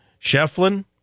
Shefflin